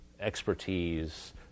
expertise